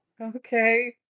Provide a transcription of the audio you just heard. Okay